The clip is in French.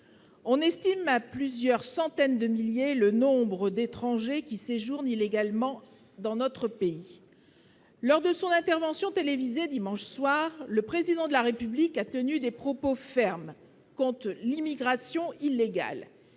on estime à plusieurs centaines de milliers le nombre d'étrangers qui séjournent illégalement dans notre pays, lors de son intervention télévisée dimanche soir le président de la République a tenu des propos fermes contre l'immigration illégale,